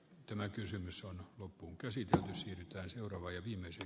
tämä kysymys on loppuun kesytä se on arvoisa puhemies